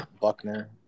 Buckner